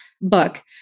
book